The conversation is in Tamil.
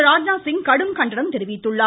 ராஜ்நாத்சிங் கடும் கண்டனம் தெரிவித்துள்ளார்